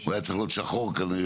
הוא היה צריך להיות שחור כנראה,